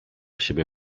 siebie